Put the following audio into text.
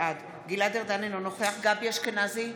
בעד גלעד ארדן, אינו נוכח גבי אשכנזי,